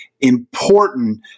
important